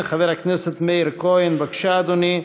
חבר הכנסת מאיר כהן, בבקשה, אדוני.